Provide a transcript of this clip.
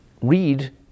read